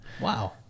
Wow